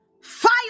Fire